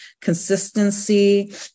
consistency